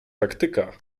taktyka